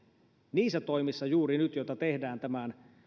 niissä toimissa joita juuri nyt tehdään tämän